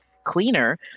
cleaner